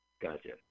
Gotcha